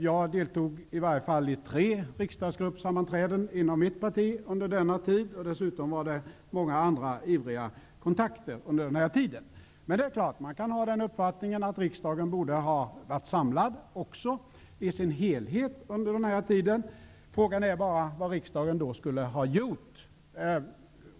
Jag deltog i varje fall i tre riksdagsgruppssammanträden inom mitt parti, förutom många andra ivriga kontakter. Det är klart att man kan ha uppfattningen att riksdagen borde ha varit samlad i sin helhet under den här tiden. Frågan är bara vad riksdagen då skulle ha gjort.